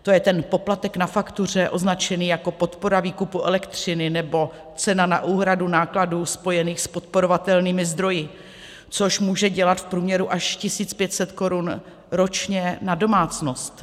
To je ten poplatek na faktuře označený jako podpora výkupu elektřiny, nebo cena na úhradu nákladů spojených s podporovatelnými zdroji, což může dělat v průměru až 1 500 korun ročně na domácnost.